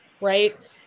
right